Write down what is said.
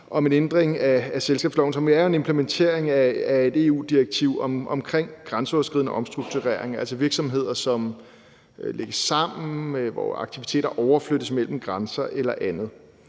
om en ændring af selskabsloven, som jo er en implementering af et EU-direktiv omkring grænseoverskridende omstrukturering, altså virksomheder, som lægges sammen, hvor aktiviteter overflyttes mellem grænser eller andet.